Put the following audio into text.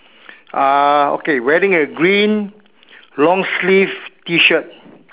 uh okay wearing a green long sleeve T-shirt